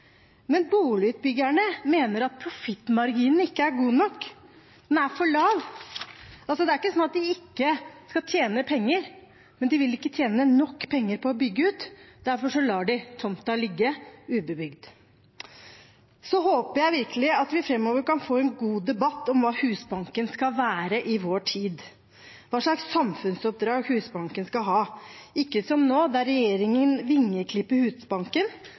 men boligutbyggerne mener at profittmarginen ikke er god nok, at den er for lav. Det er altså ikke slik at de ikke tjener penger, men de vil ikke tjene nok penger på å bygge ut, og derfor lar de tomta ligge ubebygd. Så håper jeg virkelig at vi framover kan få en god debatt om hva Husbanken skal være i vår tid, hva slags samfunnsoppdrag Husbanken skal ha – ikke som nå, der regjeringen vingeklipper Husbanken,